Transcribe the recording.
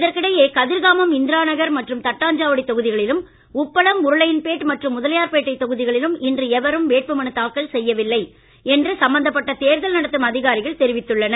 இதற்கிடையே கதிர்காமம் இந்திராநகர் மற்றும் தட்டாஞ்சாவடி தொகுதிகளிலும் உப்பளம் உருளையன்பேட் மற்றும் முதலியார்பேட்டை தொகுதிகளிலும் இன்று எவரும் வேட்புமனு தாக்கல் செய்யவில்லை என்று சம்பந்தப்பட்ட தேர்தல் நடத்தும் அதிகாரிகள் தெரிவித்துள்ளனர்